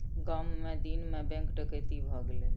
गाम मे दिन मे बैंक डकैती भ गेलै